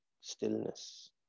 stillness